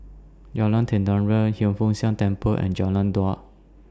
Jalan Tenteram Hiang Foo Siang Temple and Jalan Daud